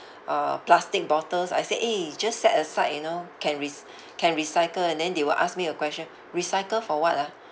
uh plastic bottles I said eh just set aside you know can rec~ can recycle and then they will ask me a question recycle for what ah